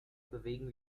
bewegen